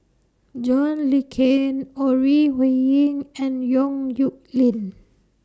John Le Cain Ore Huiying and Yong Nyuk Lin